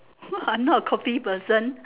I'm not a coffee person